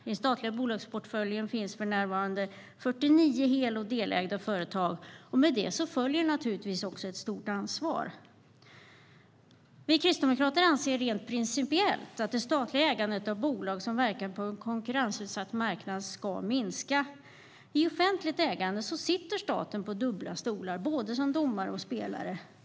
I den statliga bolagsportföljen finns för närvarande 49 hel och delägda företag, och med det följer ett stort ansvar. Vi kristdemokrater anser rent principiellt att det statliga ägandet av bolag som verkar på en konkurrensutsatt marknad ska minska. I offentligt ägande sitter staten på dubbla stolar, både som domare och spelare.